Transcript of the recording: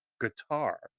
guitar